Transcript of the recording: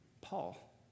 Paul